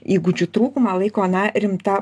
įgūdžių trūkumą laiko na rimta